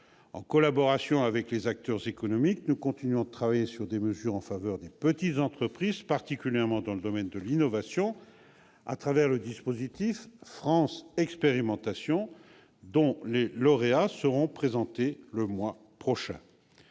En collaboration avec les acteurs économiques, nous continuons de travailler sur des dispositions en faveur des petites entreprises, particulièrement dans le domaine de l'innovation, à travers le dispositif France Expérimentation, dont les lauréats seront présentés le mois prochain.